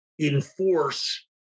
enforce